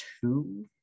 two